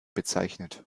bezeichnet